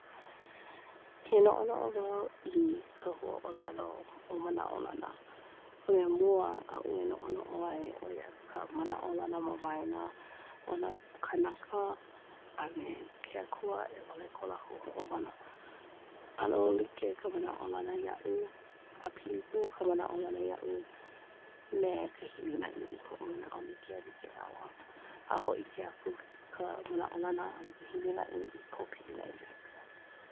Ke noʻonoʻo wau i ka huaʻōlelo ʻo "manaʻolana", ka mea mua aʻu e noʻonoʻo ai ʻo ia ka manaʻolana ma waena o nā kānaka a me ke akua a i ʻole ko lākou hoʻomana. ʻAno like ka manaʻolana iaʻu, a pili pū ka manaʻolana iaʻu me ka hilinaʻi, i koʻu manaʻo, like a like lāua. A hōʻike aku ka manaʻolana a hilinaʻi i kou pilina i ke ikaika.